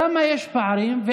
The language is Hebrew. כמה פערים יש,